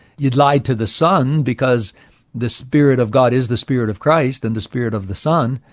you'd lie to the son because the spirit of god is the spirit of christ and the spirit of the son,